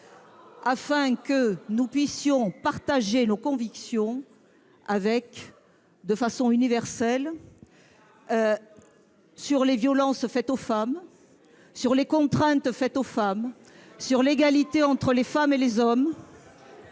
afin que nous puissions partager nos convictions de façon universelle sur les violences faites aux femmes, sur les contraintes faites aux femmes, sur l'égalité entre les femmes et les hommes,